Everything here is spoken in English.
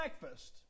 Breakfast